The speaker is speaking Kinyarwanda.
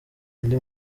undi